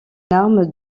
arme